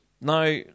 Now